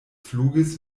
fluges